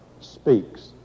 speaks